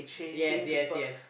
yes yes yes